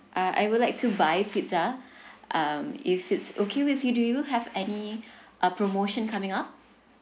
uh I would like to buy pizza um if it's okay with you do you have any uh promotion coming up